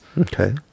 okay